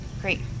Great